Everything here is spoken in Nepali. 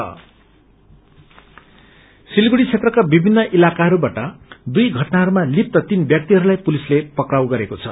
इन्सिडेन्ट सिलीगुङी क्षेत्रका विभिन्न इलाकाइरूमा दुई घटनाहरूमा लिप्त तीन व्याक्तिहरूलाई पुलिसले पक्राउ गरेको छ